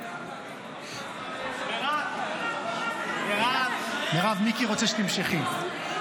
מירב, מיקי רוצה שתמשכי.